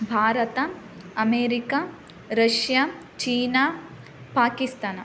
Bharat America Russia China Pakistan